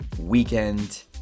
weekend